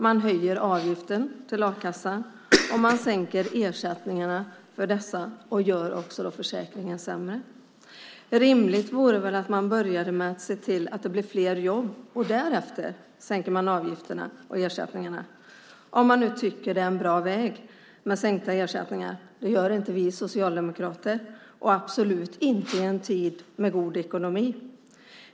Man höjer avgiften till a-kassan och man sänker ersättningarna och gör försäkringen sämre. Rimligt vore väl att börja med att se till att det blir fler jobb och därefter sänka avgifterna och ersättningarna, om man nu tycker att det är en bra väg att sänka ersättningarna. Det tycker inte vi socialdemokrater - absolut inte i en tid med god ekonomi.